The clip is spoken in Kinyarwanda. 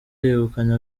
yegukanye